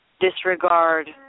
disregard